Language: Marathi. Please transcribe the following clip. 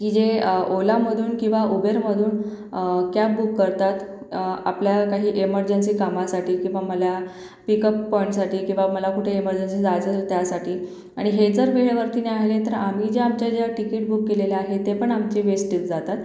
की जे ओलामधून किंवा उबेरमधून कॅब बुक करतात आपल्याला काही एमर्जन्सी कामासाठी किंवा मला पिकअप पॉईंटसाठी किंवा मला कुठे एमर्जन्सी जायचं असेल त्यासाठी आणि हे जर वेळेवरती नाही आले तर आम्ही ज्या आमच्या ज्या टिकीट बुक केलेल्या आहे ते पण आमचे वेस्टेज जातात